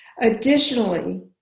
Additionally